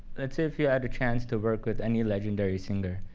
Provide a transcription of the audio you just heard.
let's say if you had a chance to work with any legendary singer,